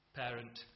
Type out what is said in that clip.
parent